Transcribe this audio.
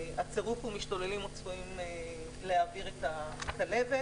הצירוף הוא "משתוללים או צפויים להעביר את הכלבת"